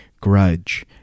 grudge